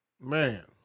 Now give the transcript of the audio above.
Man